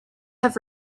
have